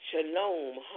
Shalom